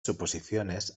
suposiciones